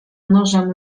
nożem